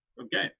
Okay